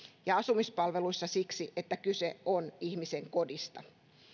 asumispalveluissa siksi että kyse on ihmisen kodista